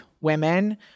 women